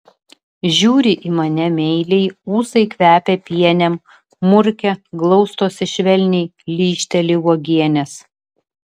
žiūri į mane meiliai ūsai kvepia pienėm murkia glaustosi švelniai lyžteli uogienės